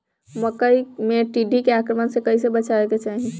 मकई मे टिड्डी के आक्रमण से कइसे बचावे के चाही?